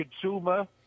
consumer